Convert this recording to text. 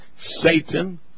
Satan